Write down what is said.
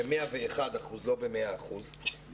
לא ב-100 אחוזים אלא ב-101 אחוזים.